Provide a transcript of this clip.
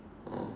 oh